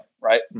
Right